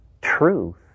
truth